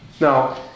Now